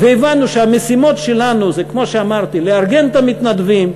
והבנו שהמשימות שלנו זה כמו שאמרתי: לארגן את המתנדבים,